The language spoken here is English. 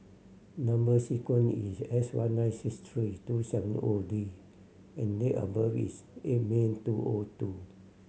number sequence is S one nine six three two seven O D and date of birth is eight May two O O two